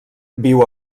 viu